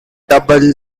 double